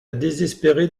désespérer